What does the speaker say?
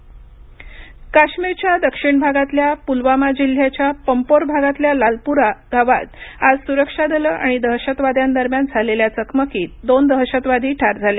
काश्मीर चकमक काश्मीरच्या दक्षिण भागातल्या पुलवामा जिल्ह्याच्या पंपोर भागातल्या लालपुरा या गावात आज सुरक्षा दलं आणि दहशतवाद्यांदरम्यान झालेल्या चकमकीत दोन दहशतवादी ठार झाले